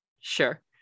Sure